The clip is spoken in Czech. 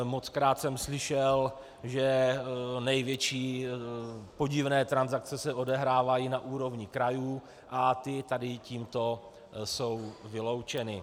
Mockrát jsem slyšel, že největší podivné transakce se odehrávají na úrovni krajů, a ty tímto jsou vyloučeny.